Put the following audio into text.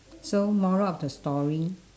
so moral of the story